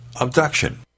Abduction